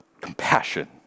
Compassion